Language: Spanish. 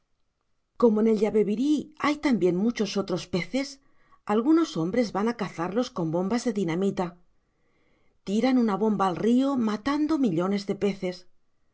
como en el yabebirí hay también muchos otros peces algunos hombres van a cazarlos con bombas de dinamita tiran una bomba al río matando millones de peces